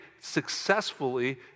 successfully